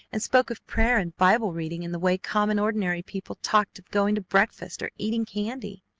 and spoke of prayer and bible reading in the way common, ordinary people talked of going to breakfast or eating candy,